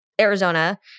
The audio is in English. Arizona